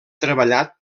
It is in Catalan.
treballat